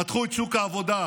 פתחו את שוק העבודה,